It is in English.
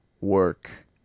work